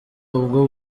ubwo